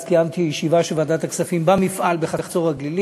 אז קיימתי ישיבה של ועדת הכספים במפעל בחצור-הגלילית.